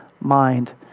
mind